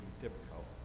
difficult